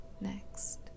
next